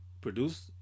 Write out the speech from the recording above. produced